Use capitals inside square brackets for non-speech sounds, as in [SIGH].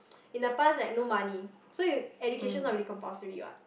[NOISE] in the past right no money so you education not really compulsory what